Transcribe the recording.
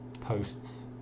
posts